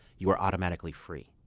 you were automatically free.